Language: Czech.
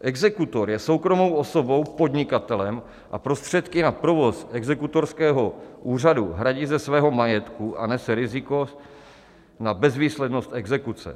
Exekutor je soukromou osobou, podnikatelem, a prostředky na provoz exekutorského úřadu hradí ze svého majetku a nese riziko na bezvýslednost exekuce.